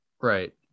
right